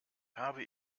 habe